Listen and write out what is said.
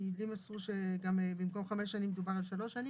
כי לי מסרו שגם במקום חמש שנים דובר על שלוש שנים.